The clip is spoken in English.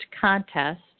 contest